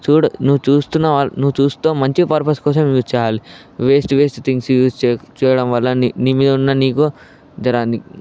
చూడు నువ్వు చూస్తున్న నువ్వు చూస్తూ మంచి పర్పస్ కోసమే యూస్ చేయాలి వేస్ట్ వేస్ట్ థింగ్స్ యూస్ చేయకు చేయడం వల్ల నీ మీదున్న నీకు జర